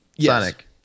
Sonic